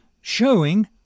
showing